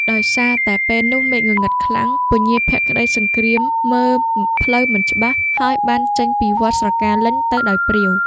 ដោយសារតែពេលនោះមេឃងងឹតខ្លាំង ពញាភក្តីសង្គ្រាមមើលផ្លូវមិនច្បាស់ ហើយបានចេញពីវត្តស្រកាលេញទៅដោយព្រាវ។